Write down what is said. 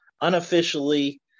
unofficially